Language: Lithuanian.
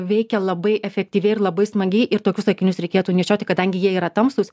veikia labai efektyviai ir labai smagiai ir tokius akinius reikėtų nešioti kadangi jie yra tamsūs